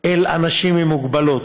אל אנשים עם מוגבלות.